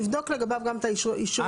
תבדוק לגביו גם את אישור ייצור נאות.